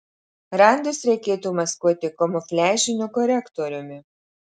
randus reikėtų maskuoti kamufliažiniu korektoriumi